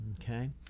okay